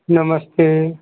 नमस्ते